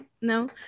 No